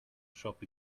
shop